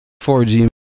4G